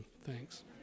Thanks